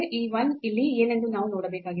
ಈ 1 ಇಲ್ಲಿ ಏನೆಂದು ನಾವು ನೋಡಬೇಕಾಗಿದೆ